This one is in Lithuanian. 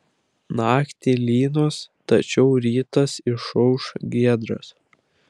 naktį lynos tačiau rytas išauš giedras